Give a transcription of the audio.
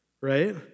right